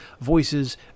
voices